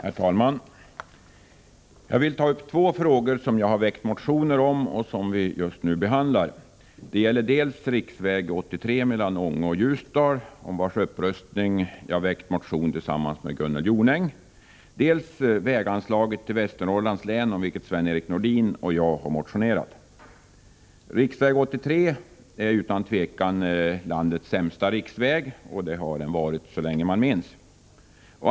Herr talman! Jag vill ta upp två frågor, som jag har väckt motioner om och som vi just nu behandlar. Det gäller dels riksväg 83 mellan Ånge och Ljusdal, om vars upprustning jag har väckt en motion tillsammans med Gunnel Jonäng, dels väganslaget till Västernorrlands län, om vilket Sven-Erik Nordin och jag har motionerat. Riksväg 83 är utan tvivel landets sämsta riksväg och har varit det så länge man minns.